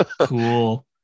Cool